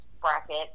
bracket